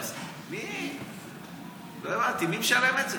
לא הבנתי, מי משלם את זה?